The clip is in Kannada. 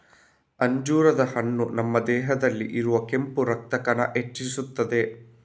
ಅಂಜೂರದ ಹಣ್ಣು ನಮ್ಮ ದೇಹದಲ್ಲಿ ಇರುವ ಕೆಂಪು ರಕ್ತ ಕಣ ಹೆಚ್ಚಿಸ್ತದೆ